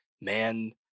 man